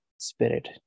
spirit